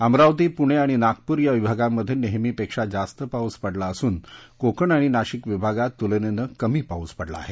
अमरावती पुणे आणि नागपूर या विभागांमध्ये नेहमीपेक्षा जास्त पाऊस पडला असून कोकण आणि नाशिक विभागात तुलनेत कमी पाऊस पडला आहे